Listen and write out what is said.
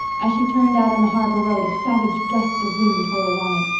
as she turned out on the harbor road a savage gust of wind tore along it.